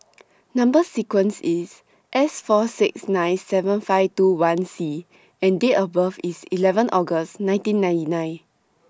Number sequence IS S four six nine seven five two one C and Date of birth IS eleven August nineteen ninety nine